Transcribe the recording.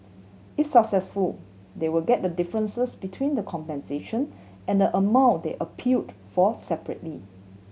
if successful they will get the differences between the compensation and the amount they appealed for separately